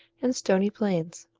and stony plains.